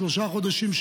שלושה חודשים,